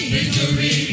Victory